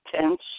tense